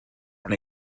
and